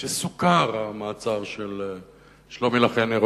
שבו סוקר המעצר של שלומי לחיאני,